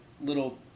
little